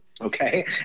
okay